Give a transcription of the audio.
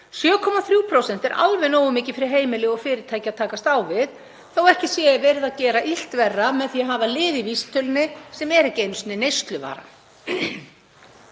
7,3% er alveg nógu mikið fyrir heimili og fyrirtæki að takast á við, þótt ekki sé verið að gera illt verra með því að hafa lið í vísitölunni sem er ekki einu sinni neysluvara.